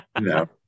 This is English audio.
No